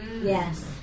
Yes